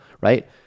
right